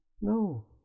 no